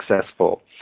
successful